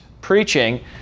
preaching